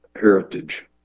heritage